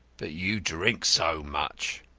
but you drink so much.